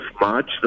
March